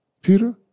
Peter